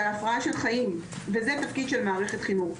זה הפרעה של חיים וזה תפקיד של מערכת חינוך,